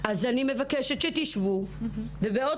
לבד כל